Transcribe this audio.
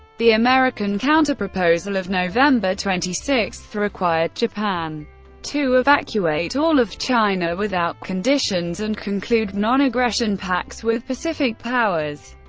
the american counter-proposal of november twenty six required japan to evacuate all of china without conditions and conclude non-aggression pacts with pacific powers.